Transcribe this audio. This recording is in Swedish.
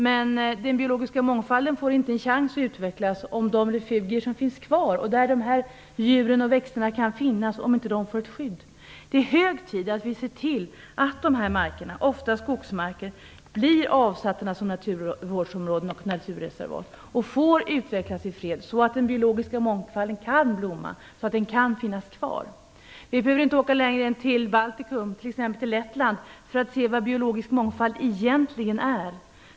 Men den biologiska mångfalden får inte en chans att utvecklas om de refuger som finns kvar och där de här djuren och växterna kan finnas inte får ett skydd. Det är hög tid att se till att de här markerna, ofta skogsmarker, avsätts som naturvårdsområden och naturreservat och får utvecklas i fred, så att den biologiska mångfalden kan blomma och finnas kvar. Vi behöver inte åka längre än till Baltikum, t.ex. till Lettland, för att se vad biologisk mångfald egentligen är.